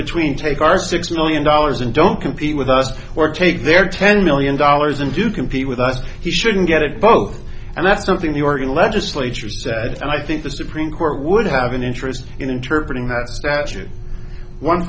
between take our six million dollars and don't compete with us or take their ten million dollars and do compete with us he shouldn't get it both and that's something the organ legislature said i think the supreme court would have an interest in interpret in that statute one